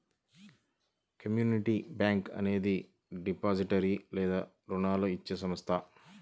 community bank అనేది depository లేదా రుణాలు ఇచ్చే సంస్థ